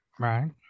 Right